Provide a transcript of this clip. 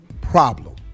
problem